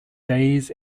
days